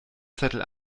zettel